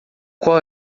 qual